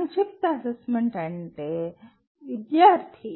సంక్షిప్త అసెస్మెంట్ అయితే విద్యార్థి